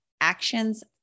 actions